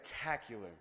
Spectacular